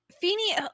Feeny